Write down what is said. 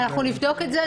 אנחנו נבדוק את זה.